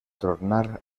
tornar